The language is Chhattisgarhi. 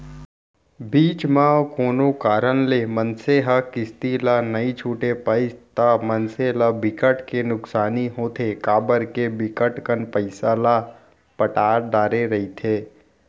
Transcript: बीच म कोनो कारन ले मनसे ह किस्ती ला नइ छूट पाइस ता मनसे ल बिकट के नुकसानी होथे काबर के बिकट कन पइसा ल पटा डरे रहिथे